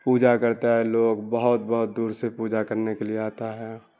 پوجا کرتا ہے لوگ بہت بہت دور سے پوجا کرنے کے لیے آتا ہے